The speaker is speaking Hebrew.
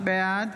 בעד